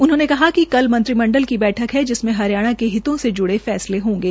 उन्होंने कहा कि कल मंत्रिमंडल की बैठक है जिसमें हरियाणा के हितों से ज्डे हये फैसले होंगे